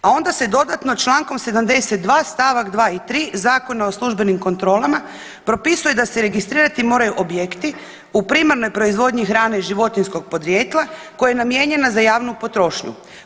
A onda se dodatno Člankom 72. stavak 2. i 3. Zakona o službenim kontrolama propisuje da se registrirati moraju objekti u primarnoj proizvodnji hrane životinjskog podrijetla koja je namijenjena za javnu potrošnju.